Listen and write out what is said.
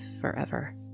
forever